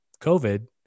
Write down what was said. COVID